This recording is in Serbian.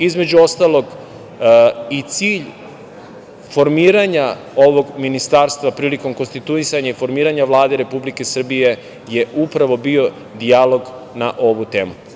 Između ostalog i cilj formiranja ovog ministarstva prilikom konstituisanja i formiranja Vlade Republike Srbije je upravo bio dijalog na ovu temu.